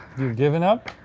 givin' up?